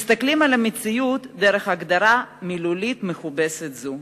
מסתכלים על המציאות דרך הגדרה מילולית מכובסת זו.